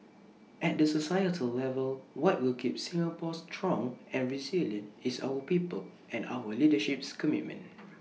at the societal level what will keep Singapore strong and resilient is our people's and our leadership's commitment